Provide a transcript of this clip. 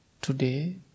today